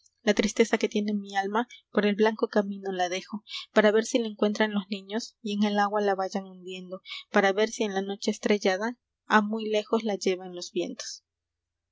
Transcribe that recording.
la tristeza que tiene mi alma por el blanco camino la dejo para ver si la encuentran los niños y en el agua la vayan hundiendo para ver si en la noche estrellada a muy lejos la llevan los vientos